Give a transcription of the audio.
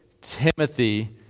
Timothy